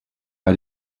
bei